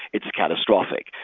it's catastrophic.